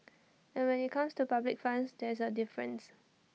but when IT comes to public funds there is A difference